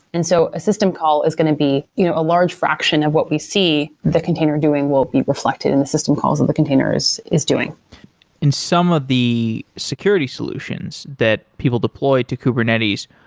and so a system call is going to be you know a large fraction of what we see the container doing will be reflected and the system calls on the containers is doing in some of the security solutions that people deploy to kubernetes,